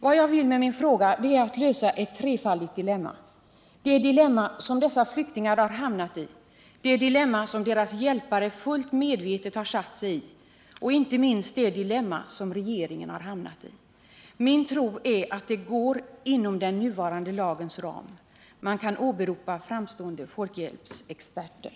Vad jag vill med min fråga är att lösa ett trefaldigt dilemma — det dilemma som dessa flyktingar hamnat i, det dilemma som deras hjälpare fullt medvetet satt sig i och inte minst det dilemma som regeringen hamnat i. Min tro är att det inom den nuvarande lagens ram går att lösa dessa problem — man kan åberopa framstående folkhjälpsexperter.